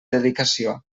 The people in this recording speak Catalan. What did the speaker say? dedicació